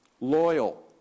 loyal